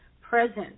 present